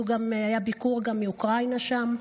היה ביקור גם מאוקראינה שם,